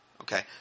Okay